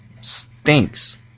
stinks